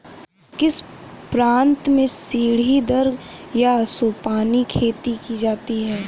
किस प्रांत में सीढ़ीदार या सोपानी खेती की जाती है?